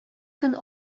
көн